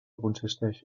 consisteix